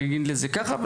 נגיד את זה ככה,